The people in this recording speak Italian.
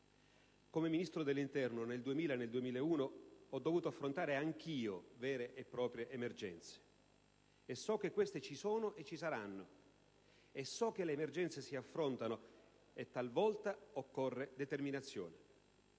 Come Ministro dell'interno nel 2000 e nel 2001 ho dovuto affrontare anch'io vere e proprie emergenze e so che queste ci sono e ci saranno. E so anche che le emergenze si affrontano e che talvolta occorre determinazione.